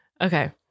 Okay